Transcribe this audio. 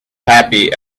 happy